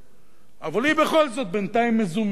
אבל היא בכל זאת בינתיים מזומנת למקום הזה.